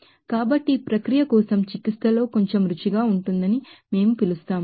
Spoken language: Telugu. కాబట్టి ఈ ప్రక్రియ కోసం చికిత్సలో కొంచెం రుచిగా ఉంటుందని మేము పిలుస్తాము